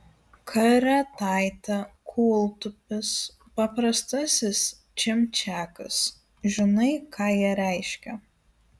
karetaitė kūltupis paprastasis čimčiakas žinai ką jie reiškia